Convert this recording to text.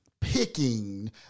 picking